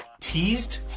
Teased